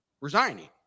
resigning